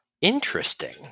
Interesting